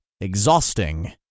exhausting